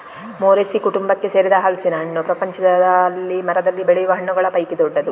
Moraceae ಕುಟುಂಬಕ್ಕೆ ಸೇರಿದ ಹಲಸಿನ ಹಣ್ಣು ಪ್ರಪಂಚದಲ್ಲಿ ಮರದಲ್ಲಿ ಬೆಳೆಯುವ ಹಣ್ಣುಗಳ ಪೈಕಿ ದೊಡ್ಡದು